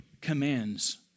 commands